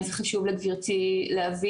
אם זה חשוב לגברתי להבין?